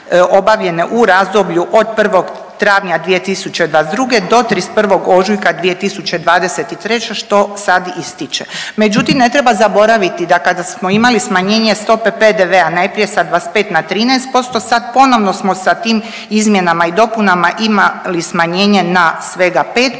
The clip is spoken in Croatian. u razdoblju od 1. travnja 2022. do 31. ožujka 2023. što sad ističe. Međutim, ne treba zaboraviti da kada smo imali smanjenje stope PDV-a najprije sa 25 na 13%. Sad ponovno smo sa tim izmjenama i dopunama imali smanjenje na svega 5%